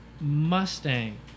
Mustang